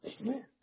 Amen